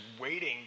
waiting